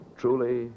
truly